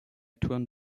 turn